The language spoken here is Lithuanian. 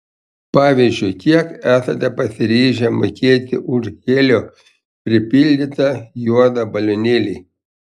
pavyzdžiui kiek esate pasiryžę mokėti už helio pripildytą juodą balionėlį